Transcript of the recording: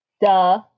Duh